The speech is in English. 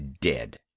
dead